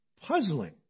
puzzling